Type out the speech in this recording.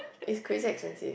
is crazy expensive